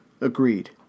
agreed